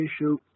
issue